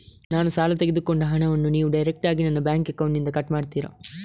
ನಾನು ಸಾಲ ತೆಗೆದುಕೊಂಡ ಹಣವನ್ನು ನೀವು ಡೈರೆಕ್ಟಾಗಿ ನನ್ನ ಬ್ಯಾಂಕ್ ಅಕೌಂಟ್ ಇಂದ ಕಟ್ ಮಾಡ್ತೀರಾ?